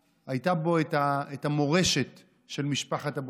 הייתה בו את המורשת של משפחת אבוחצירא.